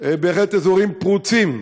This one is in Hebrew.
בהחלט אזורים פרוצים.